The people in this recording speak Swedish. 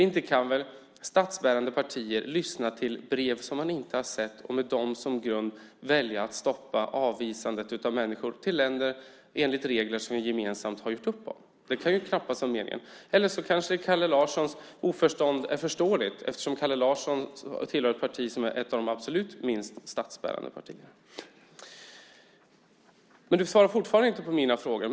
Inte kan väl statsbärande partier lyssna till brev som man inte har sett och med dessa som grund välja att stoppa avvisandet av människor till länder enligt regler som vi gemensamt har gjort upp om? Det kan knappast vara meningen. Kalle Larssons oförstånd kanske är förståeligt eftersom han tillhör ett parti som är ett av de absolut minst statsbärande. Men du svarar fortfarande inte på mina frågor.